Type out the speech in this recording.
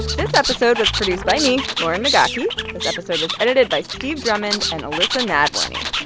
this episode was produced by me, lauren migaki. this episode was edited by steve drummond and elissa nadworny.